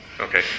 Okay